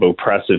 oppressive